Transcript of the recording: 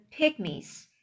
pygmies